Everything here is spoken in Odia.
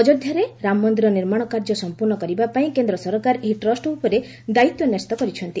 ଅଯୋଧ୍ୟାରେ ରାମମନ୍ଦିର ନିର୍ମାଣ କାର୍ଯ୍ୟ ସଂପ୍ରର୍ଣ୍ଣ କରିବା ପାଇଁ କେନ୍ଦ୍ର ସରକାର ଏହି ଟ୍ରଷ୍ଟ ଉପରେ ଦାୟିତ୍ୱ ନ୍ୟସ୍ତ କରିଛନ୍ତି